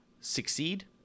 succeed